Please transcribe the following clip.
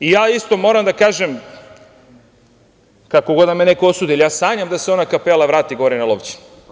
Isto, moram da kažem, kako god da me neko osudi, ali ja sanjam da se ona kapela vrati gore na Lovćen.